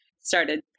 started